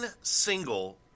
single